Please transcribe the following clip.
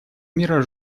мира